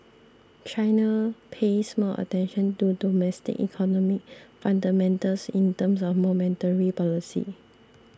China pays more attention to domestic economy fundamentals in terms of monetary policy